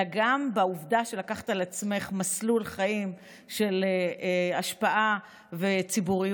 אלא גם בעובדה שלקחת על עצמך מסלול חיים של השפעה וציבוריות.